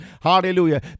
hallelujah